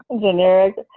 Generic